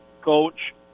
coach